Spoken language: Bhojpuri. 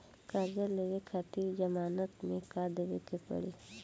कर्जा लेवे खातिर जमानत मे का देवे के पड़ी?